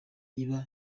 iba